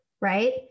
right